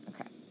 Okay